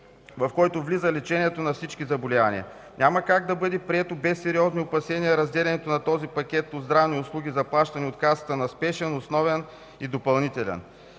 в който влиза лечението на всички заболявания. Няма как да бъде прието без сериозни опасения разделянето на този пакет от здравни услуги, заплащани от Касата на спешен, основен и допълнителен.